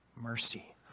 Mercy